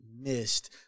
Missed